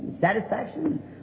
satisfaction